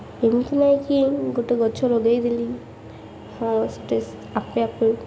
ଏମିତି ନାହିଁକି ଗୋଟେ ଗଛ ଲଗାଇ ଦେଲି ହଁ ସେଇଟା ଆପେ ଆପେ